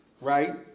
right